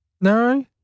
No